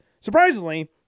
surprisingly